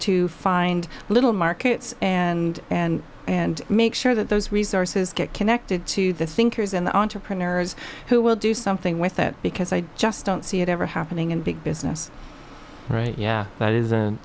to find little markets and and and make sure that those resources get connected to the thinkers and the entrepreneurs who will do something with it because i just don't see it ever happening in big business right yeah that is an